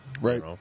Right